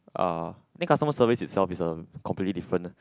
uh think customer service itself is a completely different